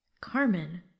Carmen